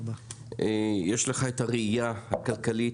יש לך את הראייה הכלכלית,